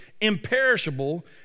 imperishable